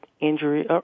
injury